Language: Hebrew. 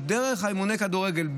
ודרך אימוני הכדורגל,